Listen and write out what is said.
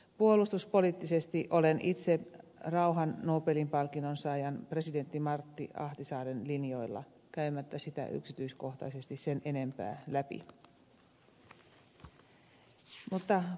puolustuspoliittisesti olen itse nobelin rauhanpalkinnon saajan presidentti martti ahtisaaren linjoilla käymättä sitä yksityiskohtaisesti sen enempää läpi